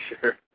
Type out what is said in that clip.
sure